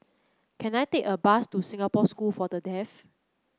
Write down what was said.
can I take a bus to Singapore School for the Deaf